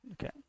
okay